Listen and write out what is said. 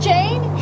Jane